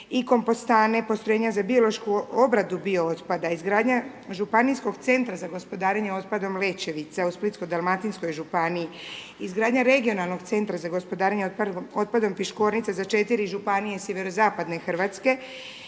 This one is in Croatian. i kompostane, postrojenja za biološku obradu bio otpada, izgradnja županijskog centra za gospodarenje otpadom Lećevica u Splitsko-dalmatinskoj županiji, izgradnja regionalnog centra za gospodarenje otpadom Piškornica za 4 županije sjeverozapadne Hrvatske,